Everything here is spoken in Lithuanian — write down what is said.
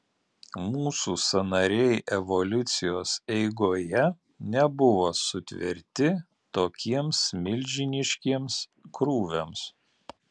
mūsų sąnariai evoliucijos eigoje nebuvo sutverti tokiems milžiniškiems krūviams